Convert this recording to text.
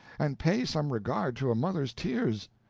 and pay some regard to a mother's tears.